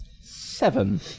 Seven